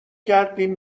کردیم